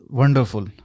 Wonderful